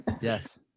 yes